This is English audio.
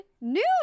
news